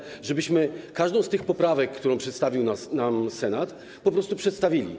Chodzi o to, żebyśmy każdą z tych poprawek, którą przedstawił nam Senat, po prostu przedstawili.